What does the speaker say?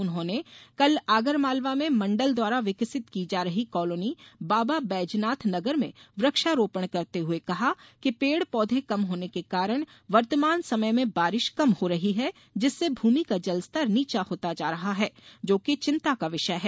उन्होंने कल आगरमालवा में मण्डल द्वारा विकसित की जा रही कॉलोनी बाबा बैजनाथ नगर में वृक्षारोपण करते हुए कहा कि पेड़ पौधे कम होने के कारण वर्तमान समय में बारिश कम हो रही है जिससे भूमि का जलस्तर नीचा होता जा रहा है जो कि चिन्ता का विषय है